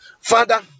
Father